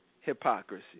hypocrisy